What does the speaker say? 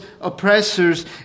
oppressors